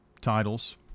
titles